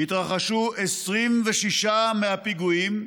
התרחשו 26 מהפיגועים,